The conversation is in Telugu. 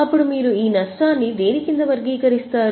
అప్పుడు మీరు ఈ నష్టాన్ని దేని కింద వర్గీకరిస్తారు